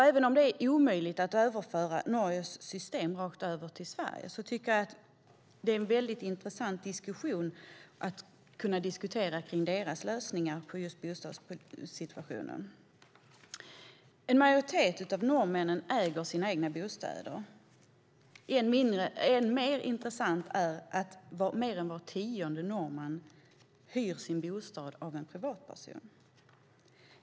Även om det är omöjligt att rakt av överföra Norges system till Sverige är det intressant att diskutera deras lösningar på just bostadssituationen. En majoritet av norrmännen äger sin egen bostad. Än mer intressant är dock att mer än var tionde norrman hyr sin bostad av en privatperson.